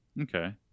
Okay